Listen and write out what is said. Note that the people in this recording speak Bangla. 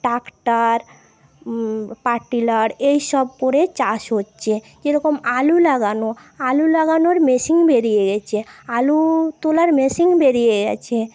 ট্রাক্টার পার্টিলার এইসব করে চাষ হচ্ছে কিরকম আলু লাগানো আলু লাগানোর মেশিন বেরিয়ে গেছে আলু তোলার মেশিন বেরিয়ে গেছে